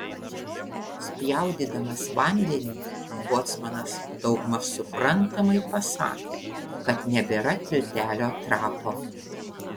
spjaudydamas vandenį bocmanas daugmaž suprantamai pasakė kad nebėra tiltelio trapo